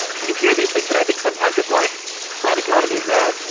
you hear these things that i think sometimes it's like plant economies, man.